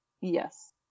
Yes